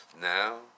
Now